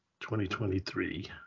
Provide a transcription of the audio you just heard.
2023